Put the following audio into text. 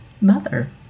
mother